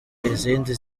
izindi